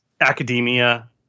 academia